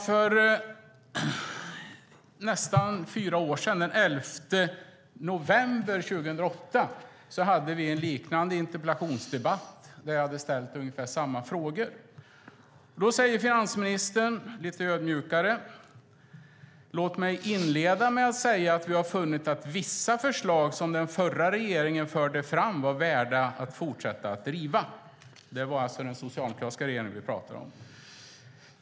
För drygt fyra år sedan, den 11 november 2008, hade vi en liknande interpellationsdebatt där jag hade ställt ungefär samma frågor. Då sade finansministern, lite ödmjukare: "Låt mig inleda med att säga att vi har funnit att vissa förslag som den förra regeringen framförde var värda att fortsätta att driva." Det var alltså den socialdemokratiska regeringen han pratade om.